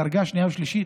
דרגה שנייה ושלישית.